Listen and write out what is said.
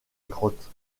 grotte